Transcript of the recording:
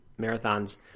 marathons